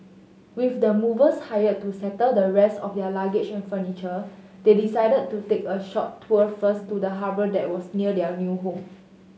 with the movers hired to settle the rest of their luggage and furniture they decided to take a short tour first of the harbour that was near their new home